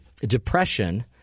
depression